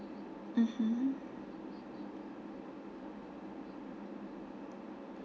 mmhmm